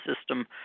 system